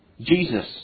Jesus